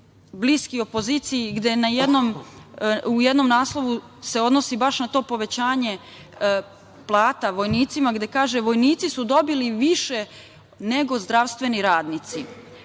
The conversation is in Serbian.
bliski opoziciji, gde u jednom naslovu se odnosi baš na to povećanje plata vojnicima, gde kaže: "Vojnici su dobili više nego zdravstveni radnici."